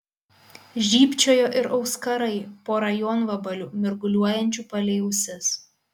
žybčiojo ir auskarai pora jonvabalių mirguliuojančių palei ausis